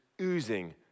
oozing